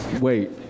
wait